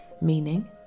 Meaning